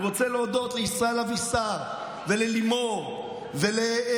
אני רוצה להודות לישראל אבישר וללימור ולויצמן,